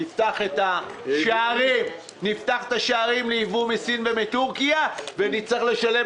נפתח את השערים לייבוא מסין ומטורקיה ונצטרך לשלם